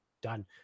done